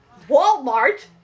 Walmart